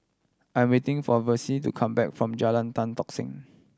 I am waiting for Versie to come back from Jalan Tan Tock Seng